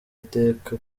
iteka